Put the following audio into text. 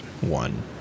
one